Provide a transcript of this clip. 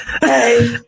hey